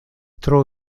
tro